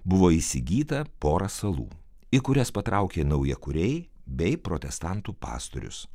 buvo įsigyta pora salų į kurias patraukė naujakuriai bei protestantų pastorius